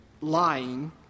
lying